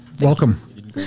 Welcome